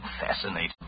Fascinating